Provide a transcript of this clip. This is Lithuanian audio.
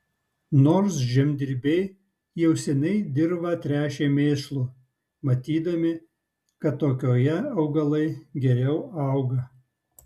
nors žemdirbiai jau seniai dirvą tręšė mėšlu matydami kad tokioje augalai geriau auga